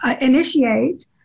initiate